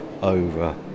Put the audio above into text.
over